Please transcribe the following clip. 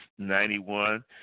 91